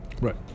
Right